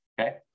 Okay